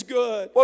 good